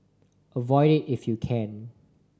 avoid it if you can